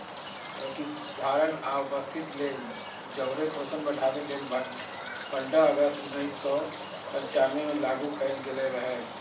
प्रतिधारणा आ उपस्थिति लेल जौरे पोषण बढ़ाबे लेल पंडह अगस्त उनइस सौ पञ्चानबेमें लागू कएल गेल रहै